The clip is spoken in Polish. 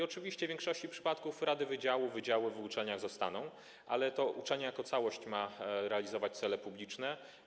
Oczywiście w większości przypadków rady wydziałów, wydziały w uczelniach zostaną, ale to uczelnia jako całość ma realizować cele publiczne.